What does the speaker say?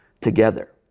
together